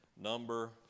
number